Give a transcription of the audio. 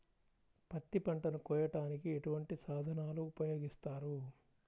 పత్తి పంటను కోయటానికి ఎటువంటి సాధనలు ఉపయోగిస్తారు?